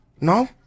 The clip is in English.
No